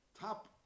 top